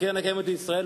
קרן קיימת לישראל,